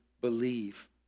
believe